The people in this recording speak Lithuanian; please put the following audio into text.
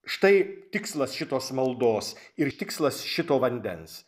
štai tikslas šitos maldos ir tikslas šito vandens